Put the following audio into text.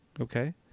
Okay